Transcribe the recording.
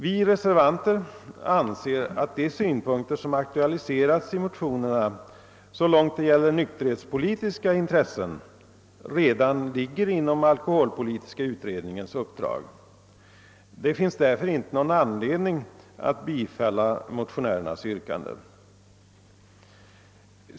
Vi reservanter anser att de nykterhetspolitiska frågor som aktualiserats i motionerna redan ligger inom alkoholpolitiska utredningens uppdrag. Det finns därför inte någon anledning att bifalla motio närernas yrkanden.